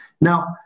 Now